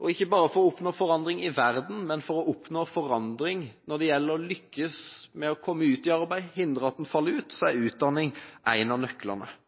men for å oppnå forandring når det gjelder å lykkes med å komme ut i arbeid, hindre at en faller ut, er utdanning en av nøklene –